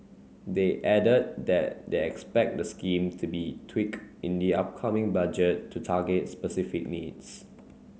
they added that they expect the scheme to be tweaked in the upcoming Budget to target specific needs